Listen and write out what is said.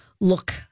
look